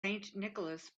nicholas